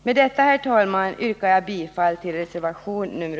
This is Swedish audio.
Med detta, herr talman, yrkar jag bifall till reservation nr 3.